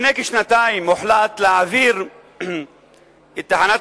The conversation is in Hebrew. לפני כשנתיים הוחלט להעביר את תחנת